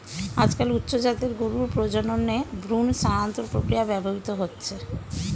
আজকাল উচ্চ জাতের গরুর প্রজননে ভ্রূণ স্থানান্তর প্রক্রিয়া ব্যবহৃত হচ্ছে